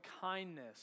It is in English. kindness